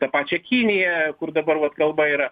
tą pačią kiniją kur dabar vat kalba yra